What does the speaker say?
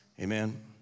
Amen